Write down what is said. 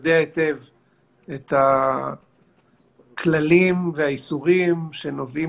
יודע היטב את הכללים והאיסורים שנובעים